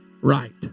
right